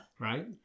Right